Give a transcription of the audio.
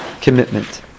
commitment